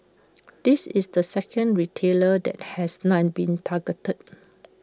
this is the second retailer that has non been targeted